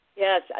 Yes